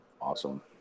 awesome